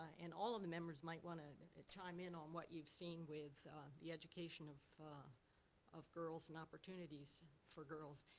and all of the members might want to chime in on what you've seen with the education of of girls, and opportunities for girls.